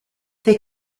they